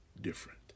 different